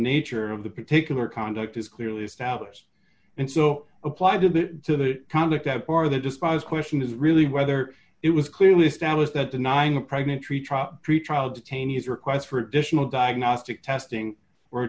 nature of the particular conduct is clearly established and so applied to the to the conflict that part of the despised question is really whether it was clearly established that denying a pregnant three trop pretrial detainees or requests for additional diagnostic testing or a